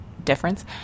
difference